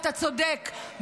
אתה צודק,